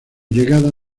llegada